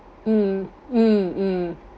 mm mm mm